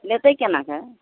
लेतै केनाके